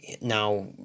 now